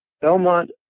Belmont